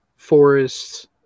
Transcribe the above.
forests